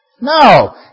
No